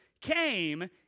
came